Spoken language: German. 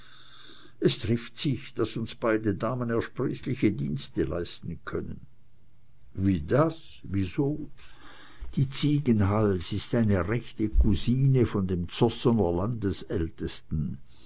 es trifft sich daß uns beide damen ersprießliche dienste leisten können wie das wieso die ziegenhals ist eine rechte cousine von dem zossener landesältesten